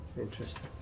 Interesting